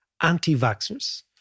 anti-vaxxers